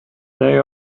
they